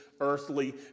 earthly